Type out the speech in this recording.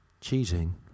cheating